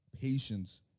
patience